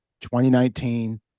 2019